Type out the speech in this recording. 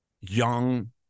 young